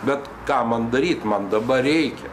bet ką man daryt man dabar reikia